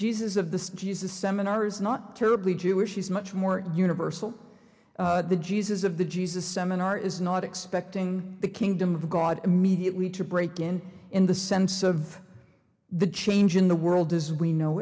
jesus of the jesus seminar is not terribly jewish he's much more universal the jesus of the jesus seminar is not expecting the kingdom of god immediately to break in in the sense of the change in the world as we know